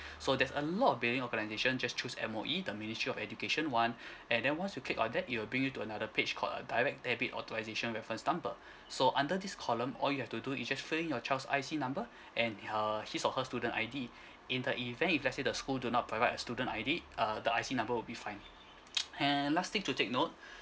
so there's a lot of billing organisation just choose M_O_E the ministry of education one and then once you click on that it will bring you to another page called a direct debit authorisation reference number so under this column all you have to do is just fill in your child's I_C number and her his or her student I_D in the event if let's say the school do not provide a student I_D uh the I_C number would be fine and last thing to take note